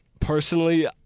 Personally